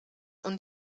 und